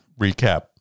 recap